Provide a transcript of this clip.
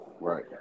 Right